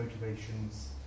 motivations